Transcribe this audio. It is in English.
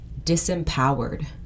disempowered